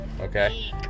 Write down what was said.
okay